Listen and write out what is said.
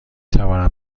توانم